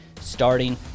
starting